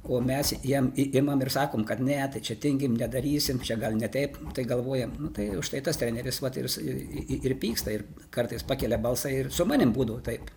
o mes jam imam ir sakom kad net čia tyngim nedarysim čia gal ne taip tai galvojam nu tai užtai tas treneris vat ir jis i i ir pyksta ir kartais pakelia balsą ir su manim būdavo taip